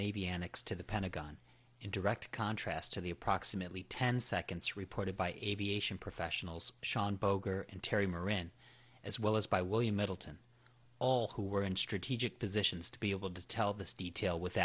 enix to the pentagon in direct contrast to the approximately ten seconds reported by aviation professionals sean boger and terry moran as well as by william middleton all who were in strategic positions to be able to tell this detail with